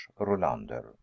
Rolander